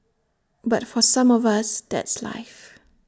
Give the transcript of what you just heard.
but for some of us that's life